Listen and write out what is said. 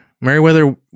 Meriwether